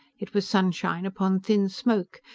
it was sunshine upon thin smoke.